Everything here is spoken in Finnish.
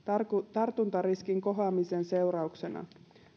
tartuntariskin kohoamisen seurauksena